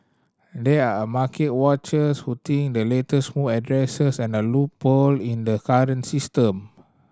there are market watchers who think the latest move addresses and a loophole in the current system